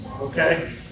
Okay